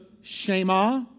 Shema